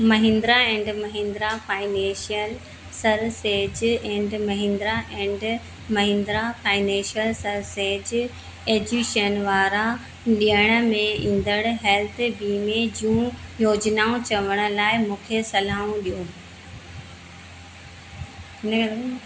Mahindra and Mahindra financial services ऐं and Mahindra and Mahindra financial services एजेंसियुनि वारा ॾियण में ईंदड़ हेल्थ बीमे जूं योजनाऊं चवण लाइ मूंखे सलाहूं ॾियो